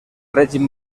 règim